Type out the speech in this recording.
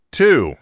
two